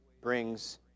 brings